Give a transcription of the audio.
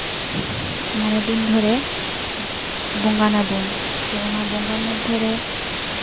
ᱢᱚᱬᱮ ᱫᱤᱱ ᱫᱷᱚᱨᱮ ᱵᱚᱸᱜᱟᱱ ᱱᱟᱵᱚᱱ ᱚᱱᱟ ᱵᱚᱸᱜᱟ ᱢᱚᱫᱽ ᱨᱮ